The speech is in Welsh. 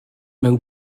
mewn